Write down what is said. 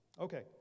okay